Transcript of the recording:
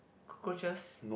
cockroaches